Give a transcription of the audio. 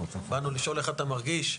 באנו לשאול איך אתה מרגיש".